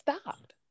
stopped